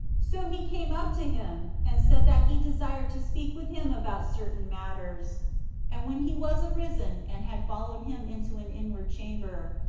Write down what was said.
so he came up to him, and said that he desired to speak with him about certain matters and when he was arisen, and had followed him into an inward chamber,